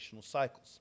cycles